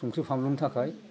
संख्रि फानलुनि थाखाय